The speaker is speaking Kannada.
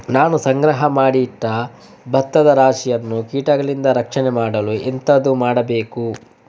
ನಾನು ಸಂಗ್ರಹ ಮಾಡಿ ಇಟ್ಟ ಭತ್ತದ ರಾಶಿಯನ್ನು ಕೀಟಗಳಿಂದ ರಕ್ಷಣೆ ಮಾಡಲು ಎಂತದು ಮಾಡಬೇಕು?